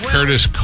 Curtis